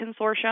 Consortium